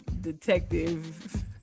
detective